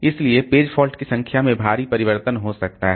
इसलिए page faults की संख्या में भारी परिवर्तन हो सकता है